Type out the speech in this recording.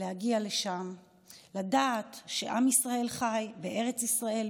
להגיע לשם ולדעת שעם ישראל חי בארץ ישראל,